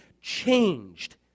changed